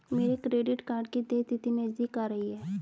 मेरे credit card की देय तिथि नज़दीक आ रही है